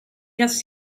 just